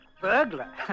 Burglar